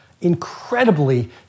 incredibly